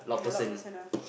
you're loud person ah